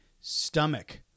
stomach